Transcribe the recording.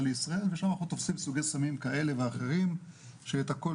לישראל ושם אנחנו תופסים סוגי סמים כאלה ואחרים שאת הכל